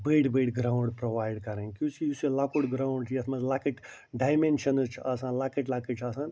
بٔڑۍ بٔرۍ ground provide کَرٕنۍ کہِ یُس یہِ لۄکُٹ گرٛاوُنٛڈ چھُ یَتھ منٛز لۄکٕٹۍ ڈایمیٚنشنٕز چھِ آسان لۄکٕٹۍ لۄکٕٹۍ چھِ آسان